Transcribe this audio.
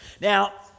Now